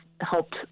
helped